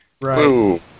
Right